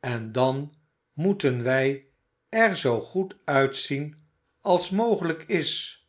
en dan moeten wij er zoo goed uitzien als mogelijk is